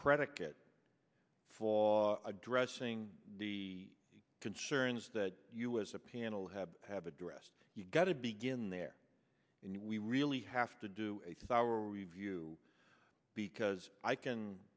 predicate for addressing the concerns that you as a panel have have addressed you've got to begin there and we really have to do a sour review because i can